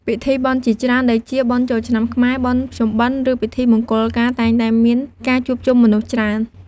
ពិធីបុណ្យជាច្រើនដូចជា បុណ្យចូលឆ្នាំខ្មែរ បុណ្យភ្ជុំបិណ្ឌ ឬពិធីមង្គលការ តែងតែមានការជួបជុំមនុស្សច្រើន។